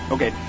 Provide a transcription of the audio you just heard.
Okay